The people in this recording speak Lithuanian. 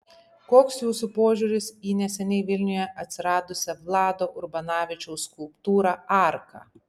koks jūsų požiūris į neseniai vilniuje atsiradusią vlado urbanavičiaus skulptūrą arka